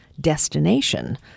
destination